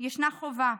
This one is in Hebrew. ישנה חובה,